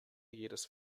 jedes